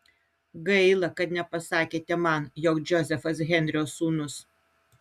gaila kad nepasakėte man jog džozefas henrio sūnus